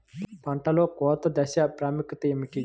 పంటలో కోత దశ ప్రాముఖ్యత ఏమిటి?